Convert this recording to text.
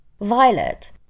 Violet